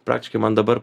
praktiškai man dabar